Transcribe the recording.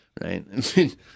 right